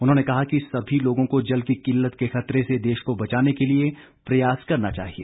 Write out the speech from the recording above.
उन्होंने कहा कि सभी लोगों को जल की किल्लत के खतरे से देश को बचाने के लिए प्रयास करना चाहिए